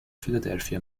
philadelphia